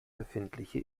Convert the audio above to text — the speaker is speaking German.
befindliche